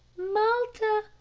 malta,